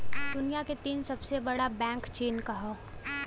दुनिया के तीन सबसे बड़ा बैंक चीन क हौ